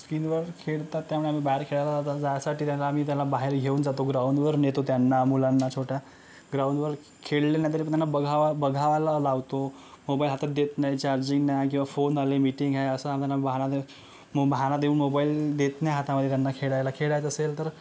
स्क्रीनवर खेळतात त्यामुळे आम्ही बाहेर खेळायला जाता जायसाठी त्याला आम्ही त्याला बाहेर घेऊन जातो ग्राउंडवर नेतो त्यांना मुलांना छोट्या ग्राउंडवर खेळले नाही तरी त्यांना बघावा बघायला लावतो मोबाईल हातात देत नाही चार्जिंग नाही किंवा फोन आले मीटिंग आहे असं आम्हाला बहाणा देऊ म बहाणा देऊन मोबाईल देत नाही हातामधे त्यांना खेळायला खेळायचं असेल तर